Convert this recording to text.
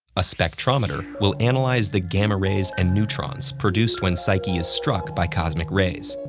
a spectrometer will analyze the gamma rays and neutrons produced when psyche is struck by cosmic rays.